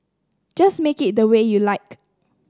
just make it the way you like